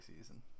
season